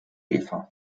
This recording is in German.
eva